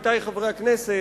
עמיתי חברי הכנסת,